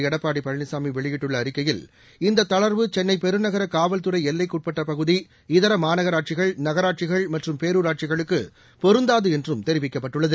எடப்பாடி பழனிசாமி வெளியிட்டுள்ள அறிக்கையில் இந்த தளங்வுசென்னை பெருநகர காவல்துறை எல்லைக்குட்பட்ட பகுதி இதர மாநகராட்சிகள் நகராட்சிகள் மற்றும் பேரூராட்சிகளுக்கு பொருந்தாது என்றும் தெரிவிக்கப்பட்டுள்ளது